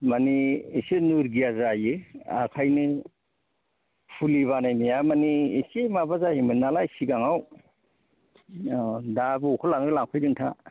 मानि एसे नोरजिया जायो आखायनो फुलि बाहायनाया माने एसे माबा जायोमोन नालाय सिगाङाव अ दा बबेखौ लाङो लांफैदो नोंथाङा